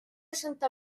santa